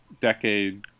decade